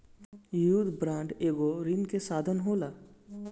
युद्ध बांड एगो ऋण कअ साधन होला